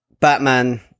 Batman